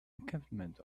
encampment